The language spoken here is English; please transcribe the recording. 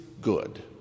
Good